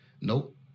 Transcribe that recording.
nope